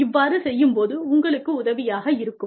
இவ்வாறு செய்யும் போது உங்களுக்கு உதவியாக இருக்கும்